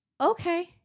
okay